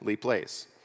place